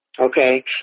okay